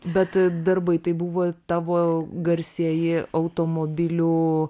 bet darbai tai buvo tavo garsieji automobiliu